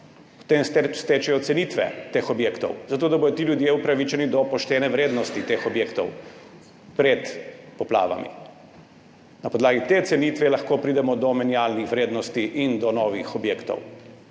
Potem stečejo cenitve teh objektov, zato da bodo ti ljudje upravičeni do poštene vrednosti teh objektov pred poplavami. Na podlagi te cenitve lahko pridemo do menjalnih vrednosti in do novih objektov.